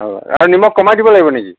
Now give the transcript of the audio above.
হ'ব আৰু নিমখ কমাই দিব লাগিব নেকি